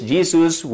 Jesus